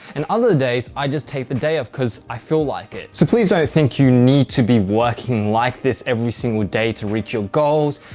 and other days i just take the day off, cause i feel like it. so please don't think you need to be working like this every single day to reach your goals.